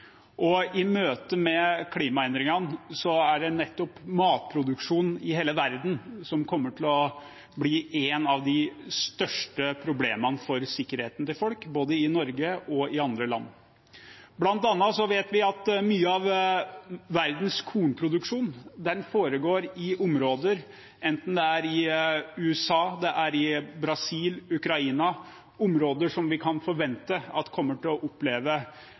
og i møte med klimaendringene er det nettopp matproduksjon i hele verden som kommer til å bli et av de største problemene for sikkerheten til folk, både i Norge og i andre land. Blant annet vet vi at mye av verdens kornproduksjon foregår i områder – enten det er i USA, Brasil eller Ukraina – som vi kan forvente kommer til å oppleve